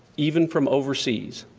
even from overseas.